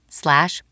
slash